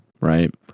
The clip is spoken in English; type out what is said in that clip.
right